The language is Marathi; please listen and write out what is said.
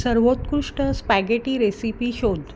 सर्वोत्कृष्ट स्पॅगेटी रेसिपी शोध